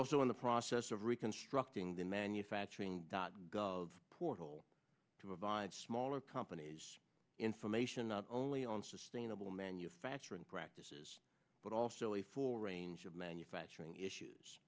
also in the process of reconstructing the manufacturing dot gov portal two of i smaller companies information not only on sustainable manufacturing practices but also a full range of manufacturing issues